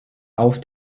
auf